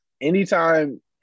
anytime